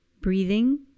breathing